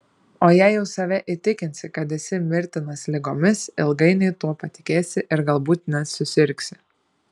o jei jau save įtikinsi kad esi mirtinas ligomis ilgainiui tuo patikėsi ir galbūt net susirgsi